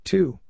Two